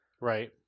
Right